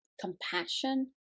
compassion